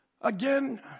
Again